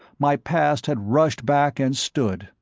my past had rushed back and stood,